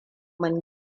mun